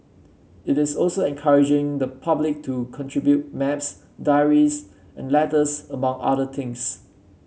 it is also encouraging the public to contribute maps diaries and letters among other things